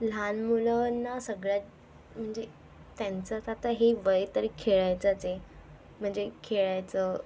लहान मुलं ना सगळ्यात म्हणजे त्यांचं तर आता हे वय तर खेळायचंच आहे म्हणजे खेळायचं